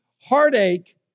heartache